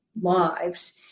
lives